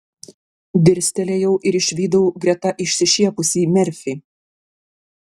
dirstelėjau ir išvydau greta išsišiepusį merfį